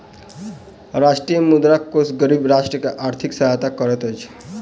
अंतर्राष्ट्रीय मुद्रा कोष गरीब राष्ट्र के आर्थिक सहायता करैत अछि